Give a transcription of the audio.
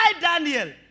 Daniel